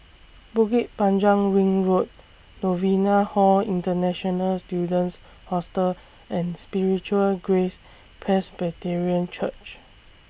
Bukit Panjang Ring Road Novena Hall International Students Hostel and Spiritual Grace Presbyterian Church